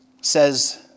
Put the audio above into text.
says